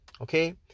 Okay